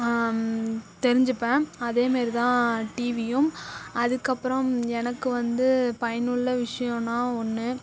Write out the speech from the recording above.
தெரிஞ்சிப்பேன் அதே மாதிரிதான் டிவியும் அதுக்கப்புறம் எனக்கு வந்து பயனுள்ள விஷயோனா ஒன்று